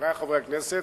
חברי חברי הכנסת,